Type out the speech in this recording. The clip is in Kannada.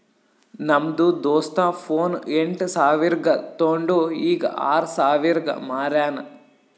ನಮ್ದು ದೋಸ್ತ ಫೋನ್ ಎಂಟ್ ಸಾವಿರ್ಗ ತೊಂಡು ಈಗ್ ಆರ್ ಸಾವಿರ್ಗ ಮಾರ್ಯಾನ್